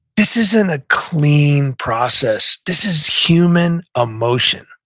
this isn't a clean process. this is human emotion.